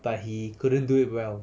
but he couldn't do it well